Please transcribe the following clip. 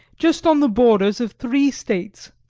just on the borders of three states,